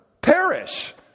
perish